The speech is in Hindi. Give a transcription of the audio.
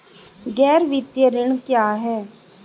गैर वित्तीय ऋण क्या है?